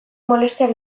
molestiak